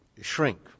shrink